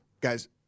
guys